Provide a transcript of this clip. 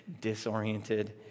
disoriented